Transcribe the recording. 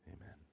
amen